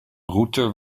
router